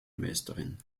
meisterin